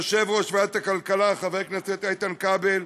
יושב-ראש ועדת הכלכלה חבר הכנסת איתן כבל,